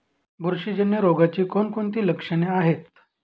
बुरशीजन्य रोगाची कोणकोणती लक्षणे आहेत?